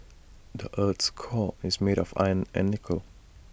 the Earth's core is made of iron and nickel